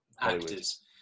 actors